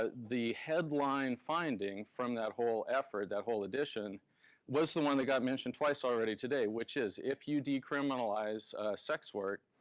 ah the headline finding from that whole effort, that whole edition was the one that got mentioned twice already today, which is if you decriminalize sex work,